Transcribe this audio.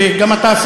שגם אתה,